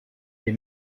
des